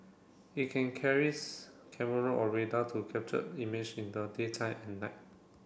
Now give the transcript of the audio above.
it can carries camera or radar to captured image in the daytime and night